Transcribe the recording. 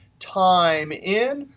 time in,